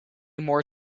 more